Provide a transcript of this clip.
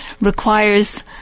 requires